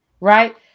right